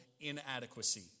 inadequacy